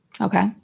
Okay